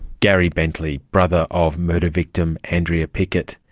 gary bentley brother of murder victim andrea pickett.